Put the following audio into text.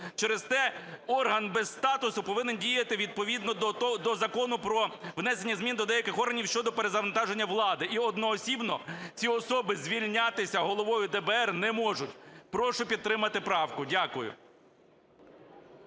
Через те орган без статусу повинен діяти відповідно до Закону про внесення змін до деяких органів щодо перезавантаження влади, і одноосібно ці особи звільнятися головою ДБР не можуть. Прошу підтримати правку. Дякую.